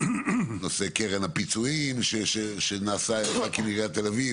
- נושא קרן הפיצויים שנעשה רק עם עיריית תל-אביב.